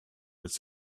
its